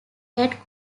head